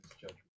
judgment